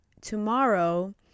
tomorrow